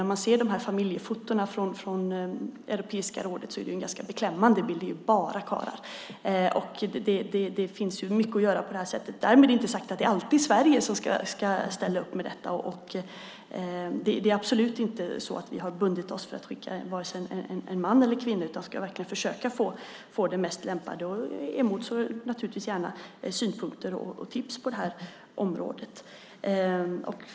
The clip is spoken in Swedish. När man ser familjefotona från Europeiska rådet är det en ganska beklämmande bild - det är bara karlar. Det finns mycket att göra här. Därmed är det inte sagt att det alltid är Sverige som ska ställa upp med detta. Vi har absolut inte bundit oss för att skicka vare sig en man eller en kvinna, utan vi ska verkligen försöka få den mest lämpade. Jag emotser naturligtvis gärna synpunkter och tips på det här området.